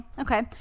Okay